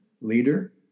leader